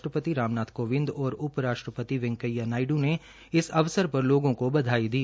राष्ट्रपति राम नाथ कोविंद और उप राष्ट्रपति वैकेंया नायडू ने इस अवसर पर लोगों को बधाई दी